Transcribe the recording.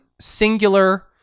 singular